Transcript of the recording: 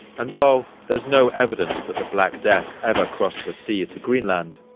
and while there's no evidence that the black death ever crossed the sea to greenland,